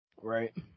Right